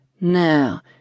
Now